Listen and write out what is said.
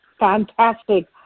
fantastic